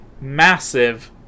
massive